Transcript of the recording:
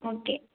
okay